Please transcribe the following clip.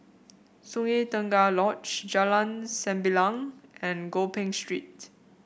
Sungei Tengah Lodge Jalan Sembilang and Gopeng Street